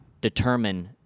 determine